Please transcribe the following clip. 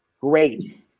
Great